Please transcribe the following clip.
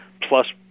Plus